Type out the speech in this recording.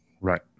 Right